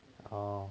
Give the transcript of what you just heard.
orh